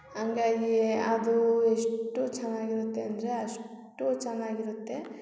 ಹಂಗಾಗಿಯೆ ಅದು ಎಷ್ಟು ಚೆನ್ನಾಗಿರುತ್ತೆ ಅಂದರೆ ಅಷ್ಟು ಚೆನ್ನಾಗಿರುತ್ತೆ